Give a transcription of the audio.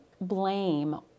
blame